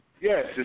Yes